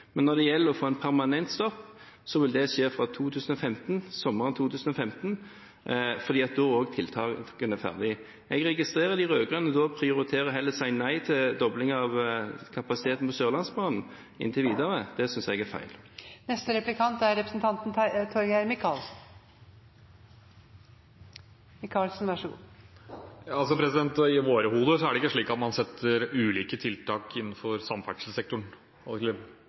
Men når det gjelder å få en permanent stopp, vil det skje fra sommeren 2015, for da er også tiltakene ferdig. Jeg registrerer at de rød-grønne heller prioriterer å si nei til dobling av kapasiteten på Sørlandsbanen inntil videre. Det synes jeg er feil. Etter våre hoder er det ikke slik at man setter ulike tiltak innenfor samferdselssektoren